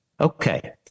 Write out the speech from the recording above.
Okay